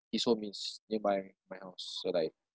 his home is nearby my house so like